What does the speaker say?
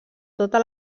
tota